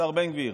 השר בן גביר,